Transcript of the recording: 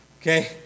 okay